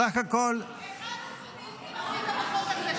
סך הכול --- 11 דיונים עשית בחוק הזה.